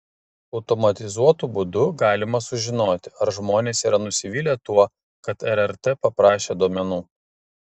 automatizuotu būdu galima sužinoti ar žmonės yra nusivylę tuo kad rrt paprašė duomenų